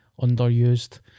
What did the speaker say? underused